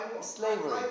slavery